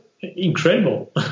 incredible